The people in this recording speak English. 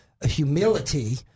humility